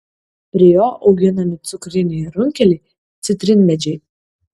prie jo auginami cukriniai runkeliai citrinmedžiai